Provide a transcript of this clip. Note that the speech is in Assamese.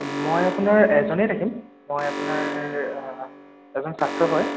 মই আপোনাৰ এজনেই থাকিম মই আপোনাৰ এজন ছাত্ৰ হয়